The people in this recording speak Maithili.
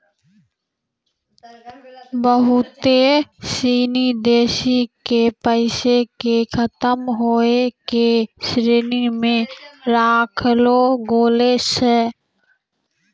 बहुते सिनी देशो के पैसा के खतम होय के श्रेणी मे राखलो गेलो छै